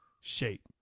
shape